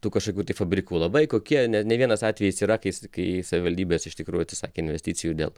tų kažkokių tai fabrikų labai kokia ne vienas atvejis yra kai s kai savivaldybės iš tikrųjų atsisakė investicijų dėl